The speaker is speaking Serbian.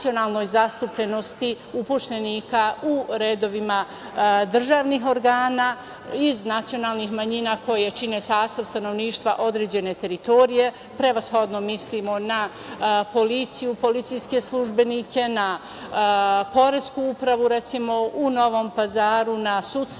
o nacionalnoj zastupljenosti upošljenika u redovima državnih organa iz nacionalnih manjina koje čine sastav stanovništva određene teritorije. Prevashodno mislimo na policiju, policijske službenike, na poresku upravu, recimo, u Novom Pazaru, na sudstvo,